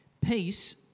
Peace